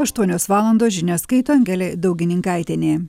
aštuonios valandos žinias skaito angelė daugininkaitienė